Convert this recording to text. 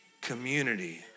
community